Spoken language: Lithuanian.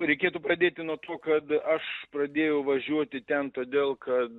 reikėtų pradėti nuo to kad aš pradėjau važiuoti ten todėl kad